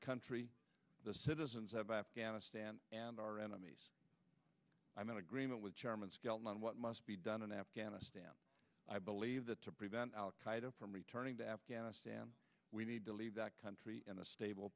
country the citizens of afghanistan and our enemies i mean agreement with chairman skelton on what must be done in afghanistan i believe that to prevent al qaeda from returning to afghanistan we need to leave that country in a stable